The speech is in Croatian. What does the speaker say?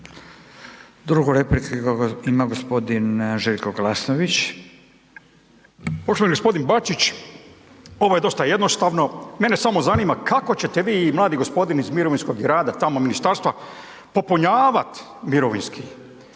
Glasnović. **Glasnović, Željko (Nezavisni)** Poštovani g. Bačić, ovo je dosta jednostavno. Mene samo zanima kako ćete vi i mladi gospodin iz mirovinskog i rada i tamo ministarstva popunjavat mirovinski.